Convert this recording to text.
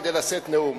כדי לשאת נאום.